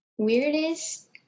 weirdest